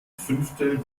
fünftel